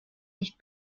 nicht